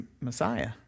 Messiah